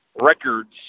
records